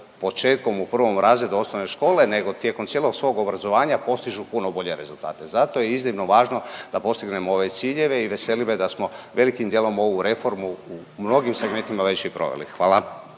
u 1. razredu osnovne škole, nego tijekom cijelog svog obrazovanja postižu puno bolje rezultate, zato je iznimno važno da postignemo ove ciljeve i veseli me da smo velikim dijelom ovu reformu u mnogim segmentima već i proveli, hvala.